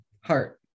heart